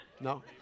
No